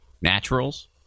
naturals